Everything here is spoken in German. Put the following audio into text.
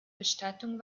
bestattung